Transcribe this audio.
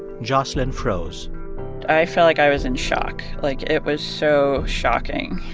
jocelyn froze i felt like i was in shock. like, it was so shocking.